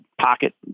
pocket